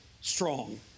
strong